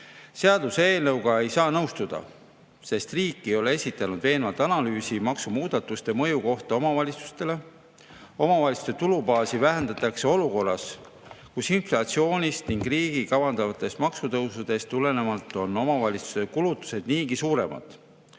Seaduseelnõuga ei saa nõustuda, sest riik ei ole esitanud veenvat analüüsi maksumuudatuste mõju kohta omavalitsustele. Omavalitsuste tulubaasi vähendatakse olukorras, kus inflatsioonist ning riigi kavandatavatest maksutõusudest tulenevalt on omavalitsuste kulutused niigi suuremad.